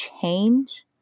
change